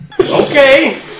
Okay